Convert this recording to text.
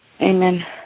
Amen